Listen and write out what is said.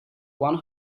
one